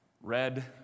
red